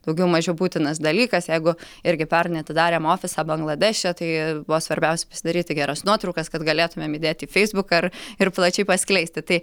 daugiau mažiau būtinas dalykas jeigu irgi pernai atidarėm ofisą bangladeše tai buvo svarbiausia pasidaryti geras nuotraukas kad galėtumėm įdėti į feisbuką ir ir plačiai paskleisti tai